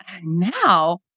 now